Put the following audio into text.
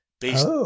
based